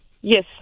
Yes